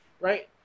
right